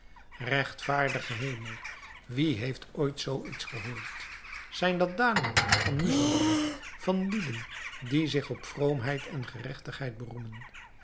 regtvaardige hemel wie heeft ooit zoo iets gehoord zijn dat daden van muzelmannen van lieden die zich op vroomheid en geregtigheid beroemen